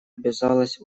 обязалась